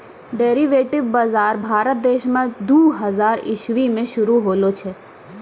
derivative बजार भारत देश मे दू हजार इसवी मे शुरू होलो छै